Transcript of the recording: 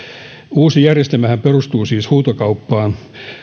uusi järjestelmähän perustuu siis huutokauppaan